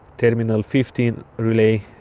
terminal fifteen relay,